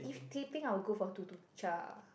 teh peng I will go for tuk-tuk-Cha